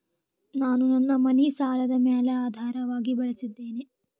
ನಾನು ನನ್ನ ಮನಿ ಸಾಲದ ಮ್ಯಾಲ ಆಧಾರವಾಗಿ ಬಳಸಿದ್ದೇನೆ